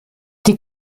die